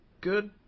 good